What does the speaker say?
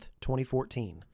2014